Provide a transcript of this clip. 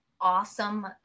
awesome